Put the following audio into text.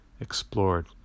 explored